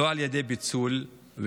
לא על ידי פיצול ואפליה.